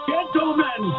Gentlemen